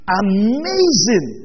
amazing